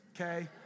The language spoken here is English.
Okay